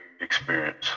experience